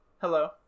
hello